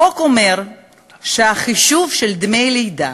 החוק אומר שהחישוב של דמי לידה